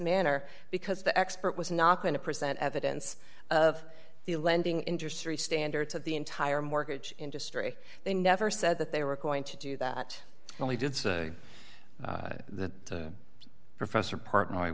manner because the expert was not going to present evidence of the lending industry standard to the entire mortgage industry they never said that they were going to do that and we did say the professor part